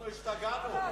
אנחנו השתגענו.